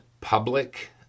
public